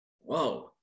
whoa